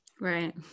Right